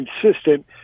consistent